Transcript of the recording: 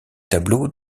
tableaux